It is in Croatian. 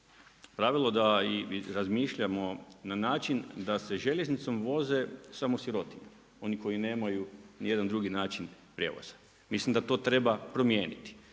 pravilo da razmišljamo na način da se željeznicom voze samo sirotinja, oni koji nemaju ni jedan drugi način prijevoza. Mislim da to treba promijeniti.